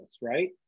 right